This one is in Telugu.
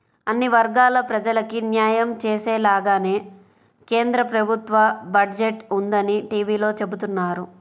అన్ని వర్గాల ప్రజలకీ న్యాయం చేసేలాగానే కేంద్ర ప్రభుత్వ బడ్జెట్ ఉందని టీవీలో చెబుతున్నారు